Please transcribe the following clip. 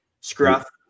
Scruff